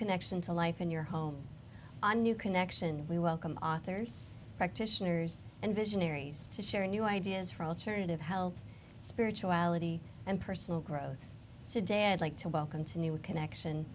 connection to life in your home a new connection we welcome authors practitioners and visionaries to share new ideas for alternative health spirituality and personal growth today i'd like to welcome to new connection